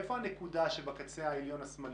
איפה הנקודה שבקצה העליון השמאלי?